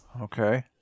Okay